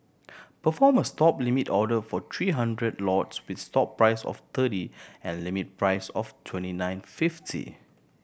perform a Stop limit order for three hundred lots with stop price of thirty and limit price of twenty nine fifty